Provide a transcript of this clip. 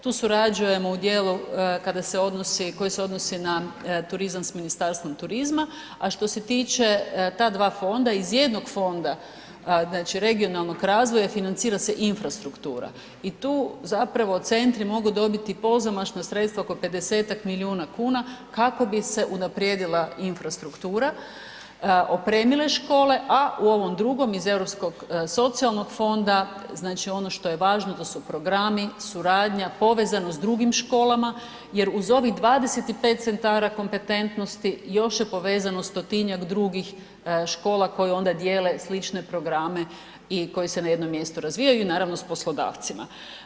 Tu surađujemo u dijelu koji se odnosi na turizam s Ministarstvom turizma, a što se tiče ta dva fonda, iz jednog fonda, znači regionalnog razvoja financira se infrastruktura i tu zapravo centri mogu dobiti pozamašna sredstva oko 50-tak milijuna kuna kako bi se unaprijedila infrastruktura, opremile škole, a u ovom drugom iz Europskog socijalnog fonda, znači ono što je važno, to su programi, suradnja, povezanost s drugim školama, jer uz ovih 25 centara kompetentnosti još je povezano 100-tinjak drugih škola koje onda dijele slične programe i koji se na jednom mjestu razvijaju i naravno s poslodavcima.